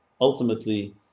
ultimately